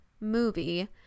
movie